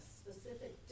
specific